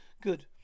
Good